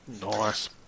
Nice